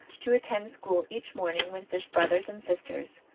to attend school each morning with its brothers and sisters.